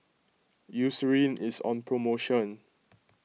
Eucerin is on promotion